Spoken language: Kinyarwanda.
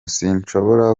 sinshobora